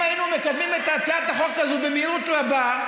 אם היינו מקדמים את הצעת החוק הזאת במהירות רבה,